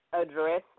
address